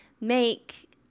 make